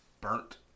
burnt